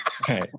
Okay